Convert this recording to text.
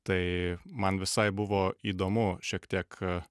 tai man visai buvo įdomu šiek tiek